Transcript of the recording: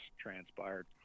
transpired